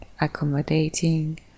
accommodating